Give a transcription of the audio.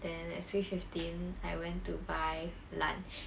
then at three fifteen I went to buy lunch